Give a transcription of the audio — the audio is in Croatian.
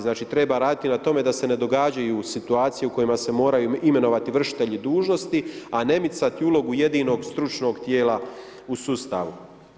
Znači treba raditi na tome da se ne događaju situacije u kojima se moraju imenovati vršitelji dužnosti, a ne micati ulogu jedinog stručnog tijela u sustavu.